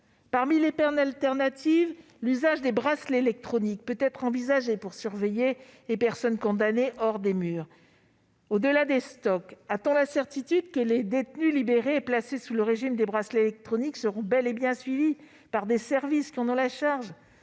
Parmi les peines alternatives à l'enfermement, l'usage des bracelets électroniques peut-être envisagé pour surveiller les personnes condamnées hors des murs d'enceinte. Au-delà des stocks, a-t-on la certitude que les détenus libérés et placés sous le régime des bracelets électroniques seront bel et bien suivis par les services qui en ont la charge ?